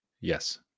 Yes